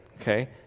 okay